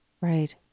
Right